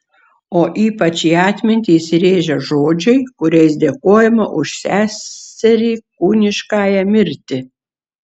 o ypač į atmintį įsirėžia žodžiai kuriais dėkojama už seserį kūniškąją mirtį